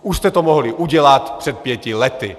Už jste to mohli udělat před pěti lety.